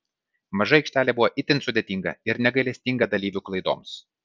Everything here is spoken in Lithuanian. maža aikštelė buvo itin sudėtinga ir negailestinga dalyvių klaidoms